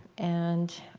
and